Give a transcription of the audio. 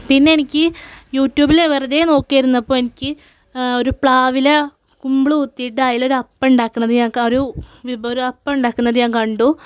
പിന്നെ എനിക്ക് ഈ യൂട്യൂബില് വെറുതെ നോക്കി ഇരുന്നപ്പോൾ എനിക്ക് ഈ ഒരു പ്ലാവില കുമ്പിള് കുത്തിയിട്ട് അതില് ഒര് അപ്പം ഇണ്ടാക്കുന്നത് ഞാൻ കണ്ടു